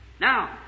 now